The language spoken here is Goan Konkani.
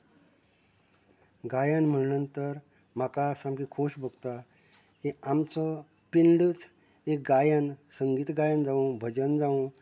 गायन म्हळ्ळें नंतर म्हाका सामकी खोस भोगता की आमचो पिंडच एक गायन संगीत गायन जावूं भजन जावूं